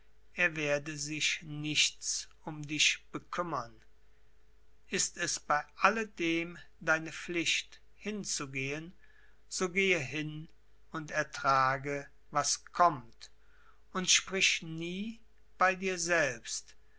er werde sich nichts um dich bekümmern ist es bei alledem deine pflicht hinzugehen so gehe hin und ertrage was kommt und sprich nie bei dir selbst